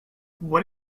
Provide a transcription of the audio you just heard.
what